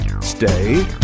stay